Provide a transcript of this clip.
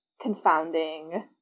confounding